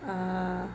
err